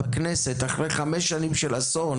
בכנסת אחרי חמש שנים של אסון